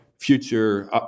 future